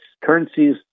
currencies